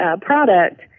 product